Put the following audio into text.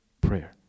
prayer